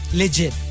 legit